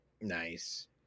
Nice